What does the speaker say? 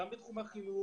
גם בתחום החינוך,